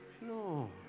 No